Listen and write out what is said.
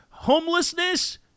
homelessness